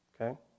okay